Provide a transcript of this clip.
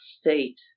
State